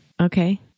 Okay